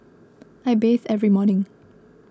I bathe every morning